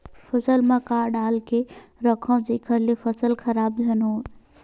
फसल म का डाल के रखव जेखर से फसल खराब झन हो?